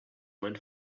went